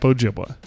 Ojibwa